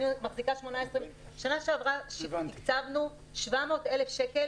בשנה שעברה תקצבנו 700 אלף שקלים,